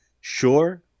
Sure